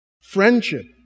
friendship